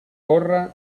corre